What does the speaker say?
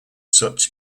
such